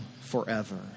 forever